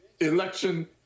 election